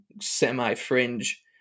semi-fringe